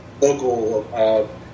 local